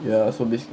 ya so basic~